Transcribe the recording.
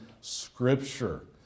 Scripture